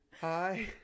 Hi